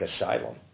asylum